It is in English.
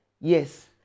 yes